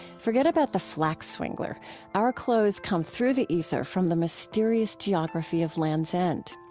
forget about the flax-swingler our clothes come through the ether from the mysterious geography of lands' end.